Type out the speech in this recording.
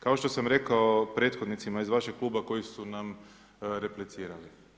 Kao što sam rekao prethodnicima iz vašeg kluba koji su nam replicirali.